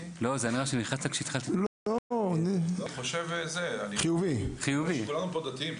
לא, אני חושב שכולנו פה דתיים.